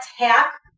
attack